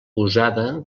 usada